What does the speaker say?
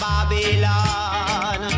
Babylon